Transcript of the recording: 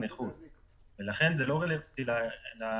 הנושא הבא על סדר היום: תשלום דמי אבטלה למקבלי הקצבאות